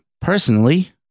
personally